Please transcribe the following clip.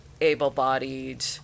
able-bodied